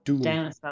Down